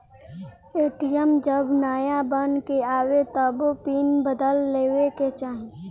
ATM जब नाया बन के आवे तबो पिन बदल लेवे के चाही